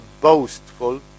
boastful